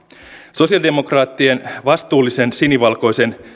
sosialidemokraattien vastuullisen sinivalkoisen